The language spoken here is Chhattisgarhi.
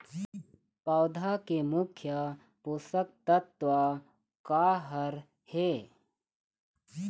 पौधा के मुख्य पोषकतत्व का हर हे?